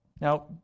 Now